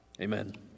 Amen